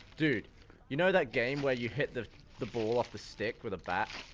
dude you know that game where you hit the the ball off the stick with a bat